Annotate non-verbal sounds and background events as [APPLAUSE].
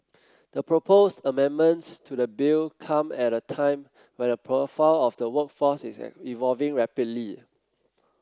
the proposed amendments to the bill come at a time when the profile of the workforce is [UNINTELLIGIBLE] evolving rapidly